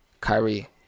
Kyrie